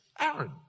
Aaron